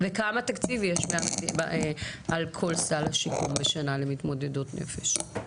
וכמה תקציב יש על כל סל השיקום בשנה למתמודדות נפש?